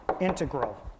integral